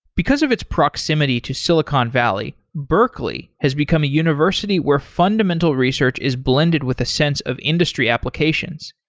because of its proximity to silicon valley, berkeley has become a university where fundamental research is blended with a sense of industry applications,